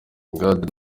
gad